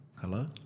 Hello